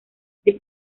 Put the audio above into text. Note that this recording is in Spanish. the